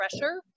pressure